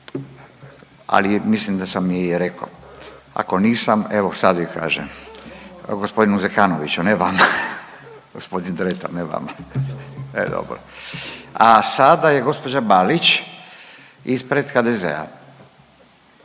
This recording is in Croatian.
ali mislim da sam i rekao, ako nisam evo sad je kažem gospodinu Zekanoviću ne vama. Gospodin Dretar ne vama, e dobro. A sada je gospođa Balić ispred HDZ-a.